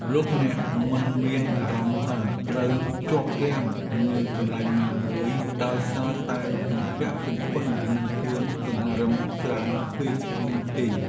លោកអ្នកមិនមានអារម្មណ៍ថាត្រូវជាប់គាំងនៅកន្លែងណាមួយដោយសារតែជំពាក់ជំពិននឹងគ្រឿងសង្ហារិមច្រើនពេកនោះទេ។